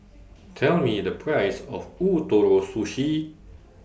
Tell Me The Price of Ootoro Sushi